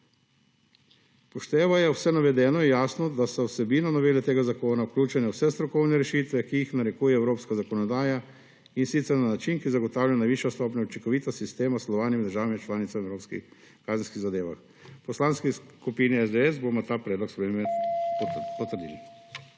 Upoštevaje vse navedeno, je jasno, da so v vsebino novele tega zakona vključene vse strokovne rešitve, ki jih narekuje evropska zakonodaja in sicer na način, ki zagotavlja najvišjo stopnjo učinkovitosti / nerazumljivo/ med državami članicami v evropskih kazenskih zadevah. V Poslanski skupini SDS bomo ta predlog spremembe